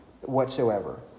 whatsoever